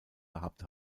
gehabt